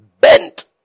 Bent